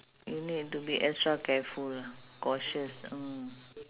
you need to be extra careful ah cautious mm